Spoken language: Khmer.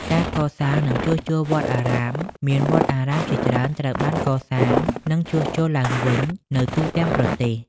ការកសាង និងជួសជុលវត្តអារាម មានវត្តអារាមជាច្រើនត្រូវបានកសាង និងជួសជុលឡើងវិញនៅទូទាំងប្រទេស។